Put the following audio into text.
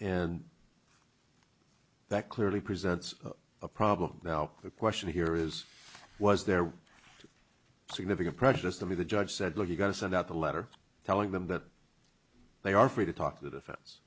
and that clearly presents a problem now the question here is was there significant prejudice to be the judge said look you got to send out a letter telling them that they are free to talk to the defense